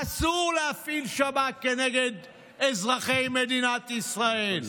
אסור להפעיל שב"כ כנגד אזרחי מדינת ישראל.